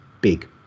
big